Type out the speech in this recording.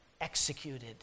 executed